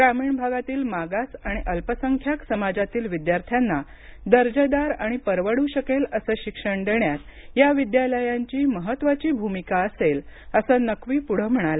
ग्रामीण भागातील मागास आणि अल्पसंख्याक समाजातील विद्यार्थ्यांना दर्जेदार आणि परवड् शकेल असं शिक्षण देण्यात हा विद्यालयांची महत्वाची भूमिका असेल असं नक्वी पुढे म्हणाले